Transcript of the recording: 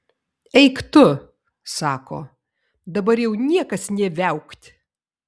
eik tu sako dabar jau niekas nė viaukt